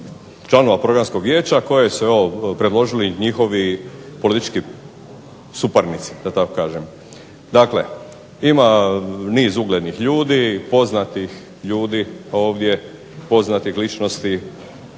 članova Programsko vijeće HRTV-e koji su predložili njihovi politički suparnici da tako kažem. Dakle, ima niz uglednih ljudi, poznatih ljudi i ličnosti